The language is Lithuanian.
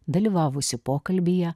dalyvavusi pokalbyje